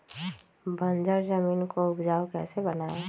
बंजर जमीन को उपजाऊ कैसे बनाय?